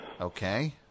Okay